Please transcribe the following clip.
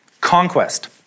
Conquest